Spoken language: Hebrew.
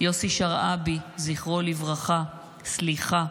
יונתן סמרנו, זכרו לבכרה, סליחה,